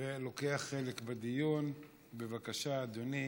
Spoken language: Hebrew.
ולוקח חלק בדיון, בבקשה, אדוני